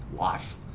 life